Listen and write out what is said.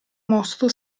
mosto